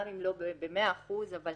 גם אם לא במאה אחוז, אבל